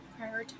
prioritize